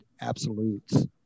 absolutes